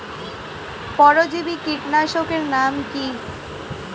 পরজীবী কীটনাশকের নাম কি?